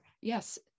yes